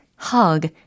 hug